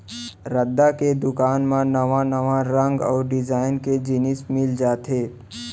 रद्दा के दुकान म नवा नवा रंग अउ डिजाइन के जिनिस मिल जाथे